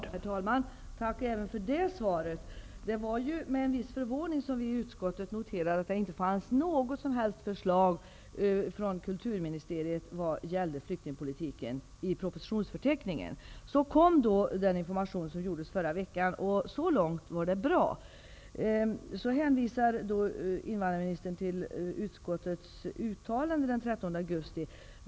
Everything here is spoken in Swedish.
Herr talman! Tack även för det här svaret. Det var med en viss förvåning som vi i socialförsäkringsutskottet konstaterade att det i propositionsförteckningen inte fanns något som helst förslag från kulturministeriet vad gäller flyktingpolitiken. Så kom ministern med den information som lämnades förra veckan. Så långt var det bra. Nu hänvisar invandrarministern till utskottets uttalande den 13 augusti.